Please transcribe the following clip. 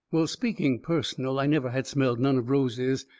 well, speaking personal, i never had smelled none of roses.